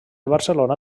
barcelona